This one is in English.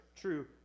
true